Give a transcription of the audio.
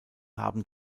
haben